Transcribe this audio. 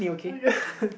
ya